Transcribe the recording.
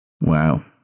wow